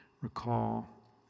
recall